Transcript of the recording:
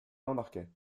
embarqués